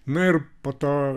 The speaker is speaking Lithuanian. na ir po to